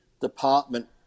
department